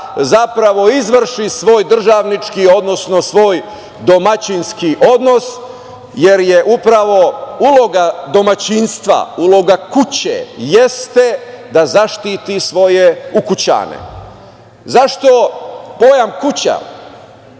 zapravo izvrši svoj državnički, odnosno svoj domaćinski odnos, jer je upravo uloga domaćinstva, uloga kuće jeste da zaštiti svoje ukućane.Zašto pojam kuća?